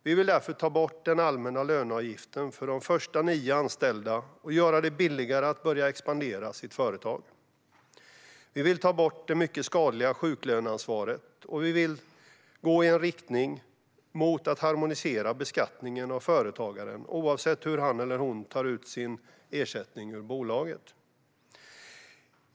Vi vill därför ta bort den allmänna löneavgiften för de första nio anställda och göra det billigare att börja expandera sitt företag. Vi vill ta bort det mycket skadliga sjuklöneansvaret, och vi vill gå i en riktning mot att harmonisera beskattningen av företagaren, oavsett hur han eller hon tar ut sin ersättning ur bolaget.